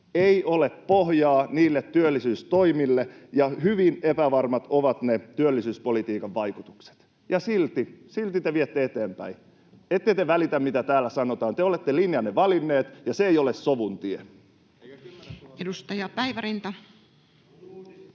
Ei ole pohjaa niille työllisyystoimille, ja hyvin epävarmat ovat ne työllisyyspolitiikan vaikutukset, ja silti, silti, te viette niitä eteenpäin. Ette te välitä, mitä täällä sanotaan. Te olette linjanne valinneet, ja se ei ole sovun tie. [Speech 141]